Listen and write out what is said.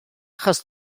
achos